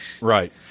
right